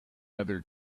other